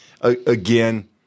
Again